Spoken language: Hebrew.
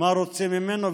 מה רוצים ממנו,